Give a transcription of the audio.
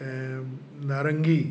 ऐं नारंगी